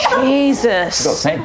Jesus